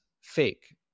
fake